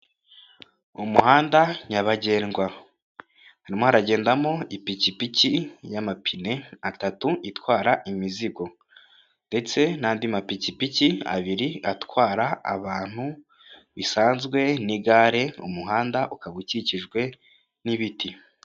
Umuhanda nyabagendwa, harimo haragendamo ipikipiki y'amapine atatu itwara imizigo ndetse n'andi mapikipiki abiri atwara abantu bisanzwe n'igare, umuhanda ukaba ukikijwe n'ibiti.